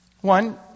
One